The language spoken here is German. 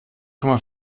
komma